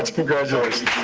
ah congratulations.